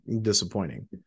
disappointing